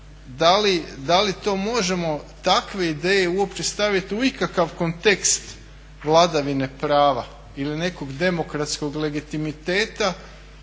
da li to možemo takve ideje uopće staviti u ikakav kontekst vladavine prava ili nekog demokratskog legitimiteta,